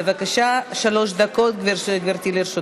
בבקשה, גברתי, שלוש דקות לרשותך.